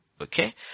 Okay